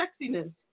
sexiness